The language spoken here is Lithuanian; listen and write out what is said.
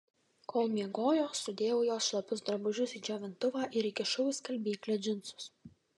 kol miegojo sudėjau jos šlapius drabužius į džiovintuvą ir įkišau į skalbyklę džinsus